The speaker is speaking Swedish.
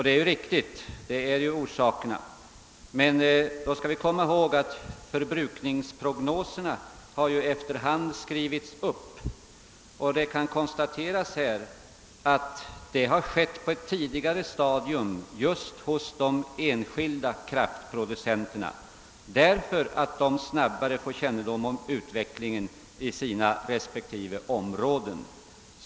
Det är alldeles riktigt, men vi skall komma ihåg att förbrukningsprognoserna efter hand har skrivits upp och att det kan konstateras att detta har gjorts på ett tidigare stadium hos de enskilda kraftproducenterna, därför att de snabbare får kännedom om utvecklingen inom sina respektive områden.